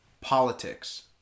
politics